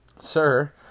Sir